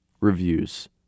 reviews